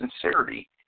sincerity